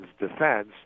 defense